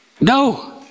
No